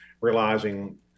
realizing